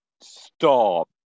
stop